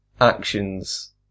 actions